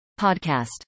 Podcast